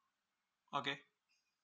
okay